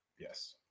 Yes